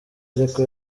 ariko